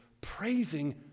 praising